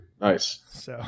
Nice